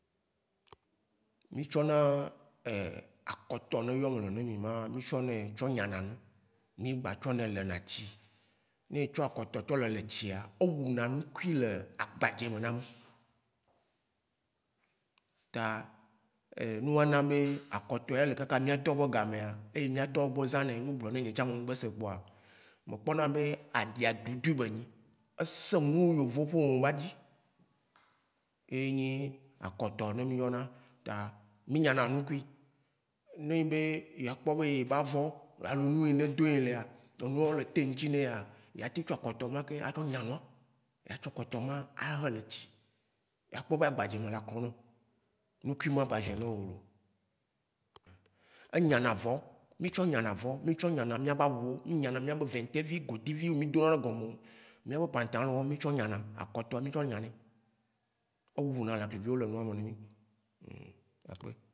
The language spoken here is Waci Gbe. Mí tsɔ na akɔtɔ ne yɔnene mi ma mí tsɔ nɛ tsɔ nya na nu, mí gba tsɔ nɛ tsɔ le na tsi. Ne etsɔ akɔtɔ tsɔ le le tsia, o wuna nu kui le agbadze me na mí. Ta nua na beŋ akɔtɔ ya ele kaka mía tɔ wò be gamea, eye mía tɔ wo bo zãnɛ enu gblone ne ye tsa be se kpoa, me kpɔ na be aɖia ɖuɖui be nyi. Eseŋu wu yovo wo ƒeaɖi, enyi akɔtɔ ɖe mí yɔna, ta mí nya na nu kui. Ne enyi be eva kpɔ be ebavɔ alo nu yi ne do ye lea, enuwa le te ŋtsi nɛa, ya teŋ tsɔ akɔtɔ ma ke a tsɔ nya nua, ya tsɔ akɔtɔ ma a le tsi, ya kpɔ be agbadze me nɔna ko nɔ. Ŋukui be agbadze le o. Enya na avɔ, mí tsɔ nya na avɔ, mí nya na mía ne awu wo, mí nya na mía be veŋtevi, godevi mí do na gome, mía be pantalon wo mí tsɔ nya na, akɔtɔ mí tsɔ nya nɛ, awu na la deviwo be tsa noni akpe.